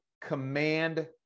command